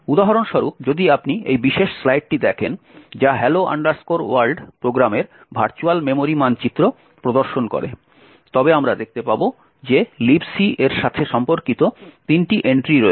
উদাহরণস্বরূপ যদি আপনি এই বিশেষ স্লাইডটি দেখেন যা Hello World প্রোগ্রামের ভার্চুয়াল মেমোরি মানচিত্র প্রদর্শন করে তবে আমরা দেখতে পাব যে Libc এর সাথে সম্পর্কিত তিনটি এন্ট্রি রয়েছে